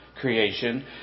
creation